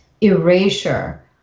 erasure